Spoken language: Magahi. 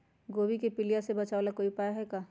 गोभी के पीलिया से बचाव ला कोई उपाय है का?